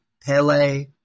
Pele